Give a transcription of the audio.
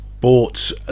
bought